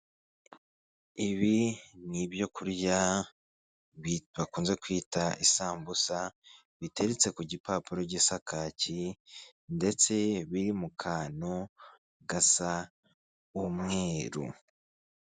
Ibi ni ibyoku kurya bakunze kwita isambusa biteretse ku gipapuro gisa kaki ndetse biri mu kantu gasa umweru.